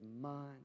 mind